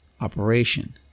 operation